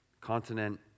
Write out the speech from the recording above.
continent